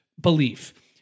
belief